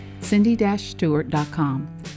cindy-stewart.com